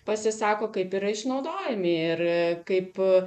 pasisako kaip yra išnaudojami ir kaip